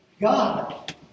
God